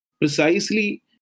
precisely